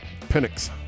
Penix